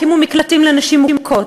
הקימו מקלטים לנשים מוכות,